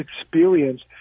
experience